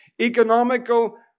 economical